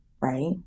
right